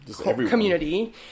community